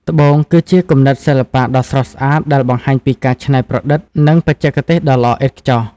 ត្បូង គឺជាគំនិតសិល្បៈដ៏ស្រស់ស្អាតដែលបង្ហាញពីការច្នៃប្រឌិត និងបច្ចេកទេសដ៏ល្អឥតខ្ចោះ។